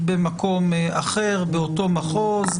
החוק עומד להוראת שעה של חמש שנים.